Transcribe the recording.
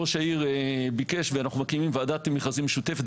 ראש העיר ביקש ואנחנו מקימים ועדת מכרזים משותפת,